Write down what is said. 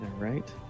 Right